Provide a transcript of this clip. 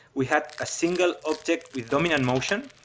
we had a single object with dominant motion,